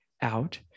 out